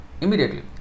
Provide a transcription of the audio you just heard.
immediately